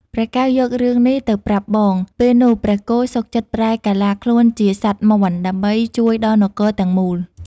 ព្រះកែវយករឿងនេះទៅប្រាប់បង ពេលនោះព្រះគោសុខចិត្តប្រែកាឡាខ្លួនជាសត្វមាន់ដើម្បីជួយដល់នគរទាំងមូល ។